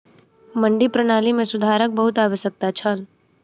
मंडी प्रणाली मे सुधारक बहुत आवश्यकता छल